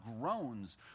groans